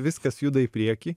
viskas juda į priekį